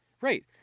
Right